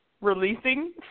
releasing